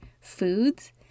foods